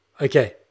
Okay